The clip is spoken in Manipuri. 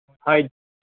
ꯍꯣꯏ